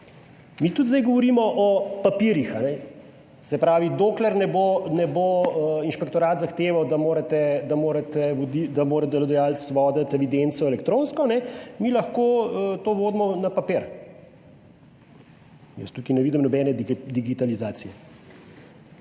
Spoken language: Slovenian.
Mi tudi zdaj govorimo o papirjih. Se pravi, dokler ne bo, ne bo inšpektorat zahteval, da mora delodajalec voditi evidenco elektronsko. Ne, mi lahko to vodimo na papir - jaz tukaj ne vidim nobene digitalizacije.